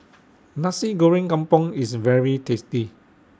Nasi Goreng Kampung IS very tasty